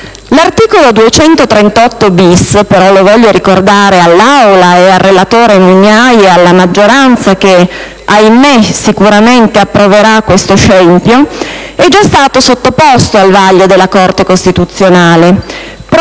L'articolo 238-*bis* - lo voglio ricordare all'Aula, al relatore Mugnai e alla maggioranza che, ahimè, sicuramente approverà questo scempio - è già stato sottoposto al vaglio della Corte costituzionale,